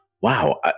wow